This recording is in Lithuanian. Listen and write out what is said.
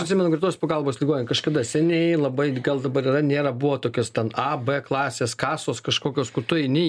atsimenu greitosios pagalbos ligoninėj kažkada seniai labai gal dabar yra nėra buvo tokios ten a b klasės kasos kažkokios kur tu eini